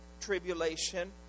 tribulation